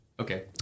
Okay